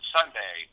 Sunday